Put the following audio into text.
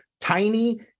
tiny